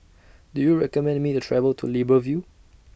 Do YOU recommend Me to travel to Libreville